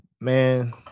Man